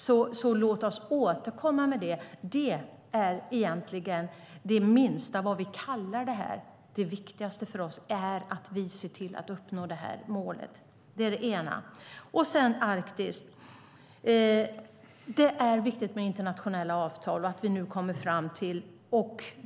Låt oss därför återkomma till det. Vad vi kallar det hela är egentligen det minst viktiga. Det viktigaste för oss är att se till att uppnå målet. Det var det ena. Det andra gällde Arktis. Det är viktigt med internationella avtal.